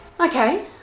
Okay